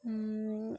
हं